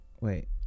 Wait